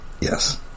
Yes